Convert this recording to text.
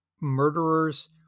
murderers